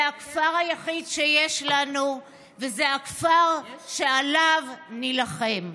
זה הכפר היחיד שיש לנו, וזה הכפר שעליו נילחם.